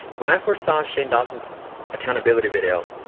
when i first saw shane dawson's accountability video,